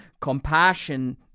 compassion